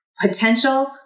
potential